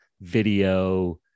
video